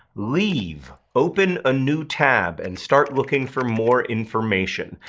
leave. open a new tab and start looking for more information.